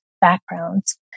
backgrounds